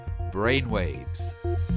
Brainwaves